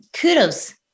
kudos